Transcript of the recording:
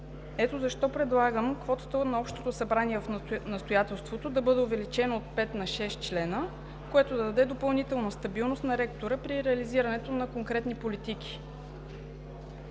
Ето защо предлагам квотата на общото събрание в настоятелството да бъде увеличена от 5 на 6 членове, което да даде допълнителна стабилност на ректора при реализирането на конкретни политики.